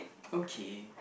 okay